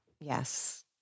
Yes